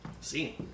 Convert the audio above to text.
See